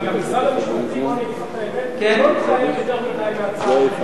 גם משרד המשפטים לא התלהב יותר מדי מההצעה הזאת,